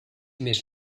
més